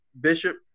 Bishop